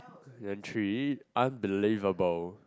then three unbelievable